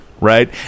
right